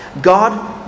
god